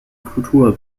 kultur